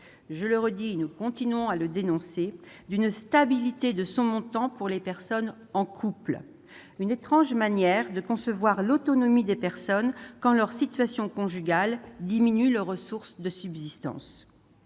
malheureusement- nous continuons de le dénoncer -d'une stabilité de son montant pour les personnes en couple. Étrange manière de concevoir l'autonomie des personnes quand leur situation conjugale diminue leurs ressources de subsistance